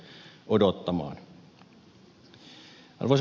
arvoisa puhemies